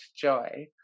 Joy